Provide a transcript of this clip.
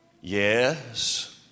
yes